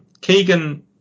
Keegan